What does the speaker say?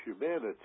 humanity